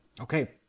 Okay